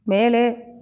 மேலே